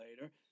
later